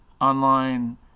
online